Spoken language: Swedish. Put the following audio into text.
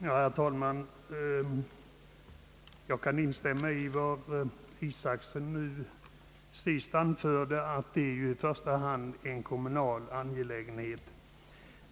Herr talman! Jag kan instämma i vad herr Isacson nu senast anförde, nämligen att denna fråga i sista hand är en kommunal angelägenhet.